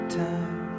time